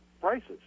prices